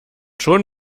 schon